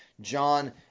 John